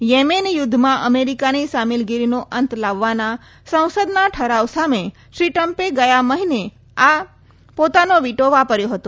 Yemen યુદ્ધમાં અમેરિકાની સામેલગીરીનો અંત લાવવાના સંસદના ઠરાવ સામે શ્રીટ્રમ્પે ગયા મહિને પોતાનો વીટો વાપર્યો હતો